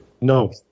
No